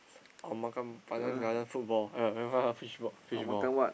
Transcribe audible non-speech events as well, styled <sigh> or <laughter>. I want makan Pandan-Garden football eh <noise> fishball fishball